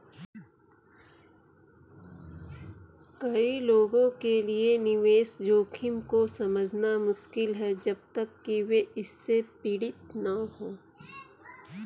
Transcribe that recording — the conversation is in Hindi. कई लोगों के लिए निवेश जोखिम को समझना मुश्किल है जब तक कि वे इससे पीड़ित न हों